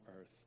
earth